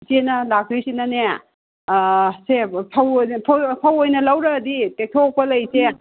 ꯏꯆꯦꯅ ꯂꯥꯛꯇꯣꯏꯁꯤꯅꯅꯦ ꯁꯦ ꯐꯧ ꯑꯣꯏꯅ ꯐꯧ ꯑꯣꯏꯅ ꯂꯧꯔꯔꯗꯤ ꯄꯦꯛꯊꯣꯛꯄ ꯂꯩ ꯏꯆꯦ